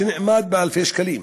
מה שנאמד באלפי שקלים,